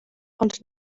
ond